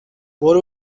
برو